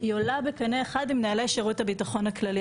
היא עולה בקנה אחד עם נהלי שירות הביטחון הכללי".